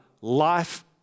life